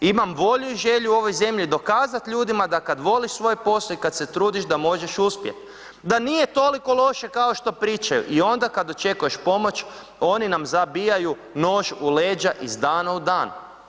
Imam volju i želju ovoj zemlji i dokazat ljudima da kad voliš svoj posao i kad se trudiš, da možeš uspjet, da nije toliko loše kao što pričaju i onda kad očekuješ pomoć, oni nam zabijaju nož u leđa iz dana u dan.